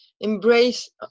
embrace